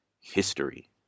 History